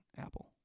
Apple